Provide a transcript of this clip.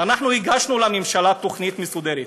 אנחנו הגשנו לממשלה תוכנית מסודרת.